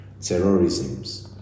terrorisms